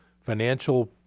financial